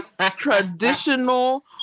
traditional